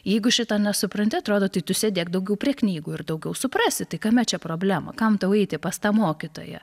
jeigu šito nesupranti atrodo tai tu sėdėk daugiau prie knygų ir daugiau suprasi tai kame čia problema kam tau eiti pas tą mokytoją